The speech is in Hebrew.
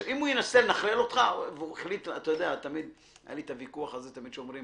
אם הוא ינסה לנכלל אותך והוא החליט היה לי את הוויכוח הזה שאומרים